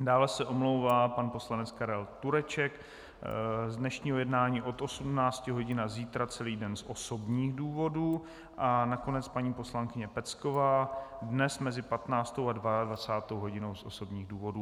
dále se omlouvá pan poslanec Karel Tureček z dnešního jednání od 18 hodin a zítra celý den z osobních důvodů a nakonec paní poslankyně Pecková dnes mezi 15. a 22. hodinou z osobních důvodů.